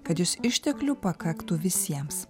kad jus išteklių pakaktų visiems